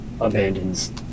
abandons